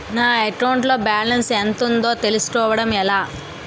నా అకౌంట్ లో బాలన్స్ ఎంత ఉందో తెలుసుకోవటం ఎలా?